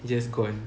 just gone